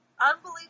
Unbelievable